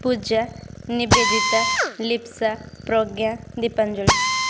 Puja Nibedita Lipsa Pragya Dipanjali